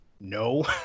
No